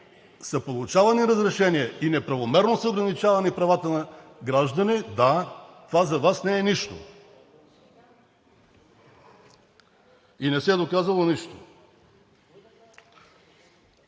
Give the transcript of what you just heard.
са получавани разрешения и неправомерно са ограничавани правата на граждани – да, това за Вас не е нищо и не се е доказало нищо.